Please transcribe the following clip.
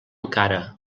encara